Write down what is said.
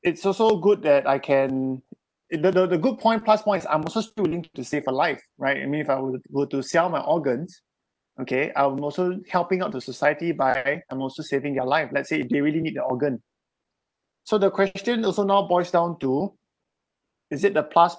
it's also good that I can the the the good point plus point is I'm also still willing to save a life right I mean if I were were to sell my organs okay I'm also helping out to society by I'm also saving their life let's say they really need the organ so the question also now boils down to is it the plus